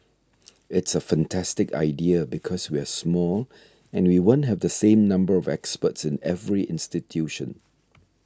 it's a fantastic idea because we're small and we won't have the same number of experts in every institution